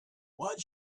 what